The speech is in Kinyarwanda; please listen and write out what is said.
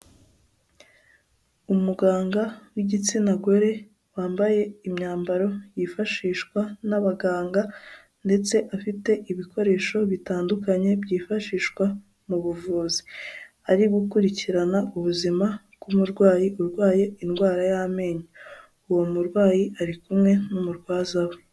Umuganga w'igitsina gore wambaye imyambaro yifashishwa n'abaganga ndetse afite ibikoresho bitandukanye byifashishwa mu buvuzi, ari gukurikirana ubuzima bw'umurwayi urwaye indwara y'amenyo, uwo murwayi ari kumwe n'umurwaza we.